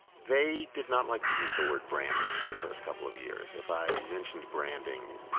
they did not like to use the word branding in the first couple of years. if i mentioned branding,